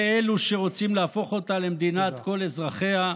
אלו שרוצים להפוך אותה למדינת כל אזרחיה?